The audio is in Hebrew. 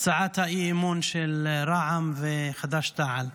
הצעת האי-אמון של רע"מ וחד"ש-תע"ל.